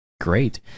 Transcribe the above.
Great